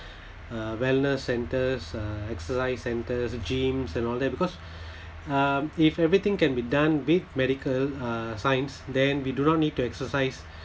uh wellness centres uh exercise centres gyms and all that because um if everything can be done with medical uh science then we do not need to exercise